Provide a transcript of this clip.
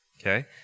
okay